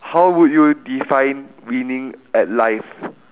how would you define winning at life